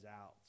out